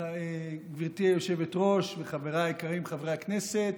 גברתי היושבת-ראש וחבריי היקרים, חברי הכנסת,